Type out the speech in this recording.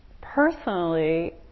personally